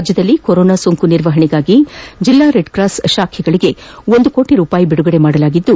ರಾಜ್ಯದಲ್ಲಿ ಕೊರೊನಾ ಸೋಂಕು ನಿರ್ವಹಣೆಗಾಗಿ ಜಲ್ಲಾ ರೆಡ್ಕ್ರಾಸ್ ಶಾಖೆಗಳಿಗೆ ಒಂದು ಕೋಟಿ ರೂಪಾಯಿ ಬಿಡುಗಡೆ ಮಾಡಲಾಗಿದ್ದು